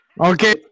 okay